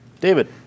David